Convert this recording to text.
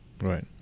Right